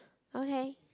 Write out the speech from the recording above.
okay